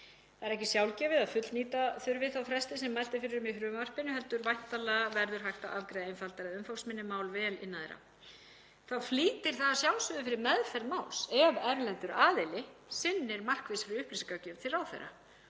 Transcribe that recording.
Það er ekki sjálfgefið að fullnýta þurfi þá fresti sem mælt er fyrir um í frumvarpinu heldur verður væntanlega hægt að afgreiða einfaldari eða umfangsminni mál vel innan þeirra. Þá flýtir það að sjálfsögðu fyrir meðferð máls ef erlendur aðili sinnir markvissri upplýsingagjöf til ráðherra.